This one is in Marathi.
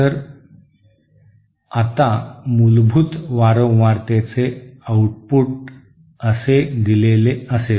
तर आता मूलभूत वारंवारतेचे आऊटपुट असे दिलेले असेल